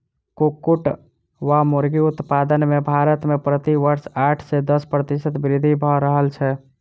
कुक्कुट वा मुर्गी उत्पादन मे भारत मे प्रति वर्ष आठ सॅ दस प्रतिशत वृद्धि भ रहल छै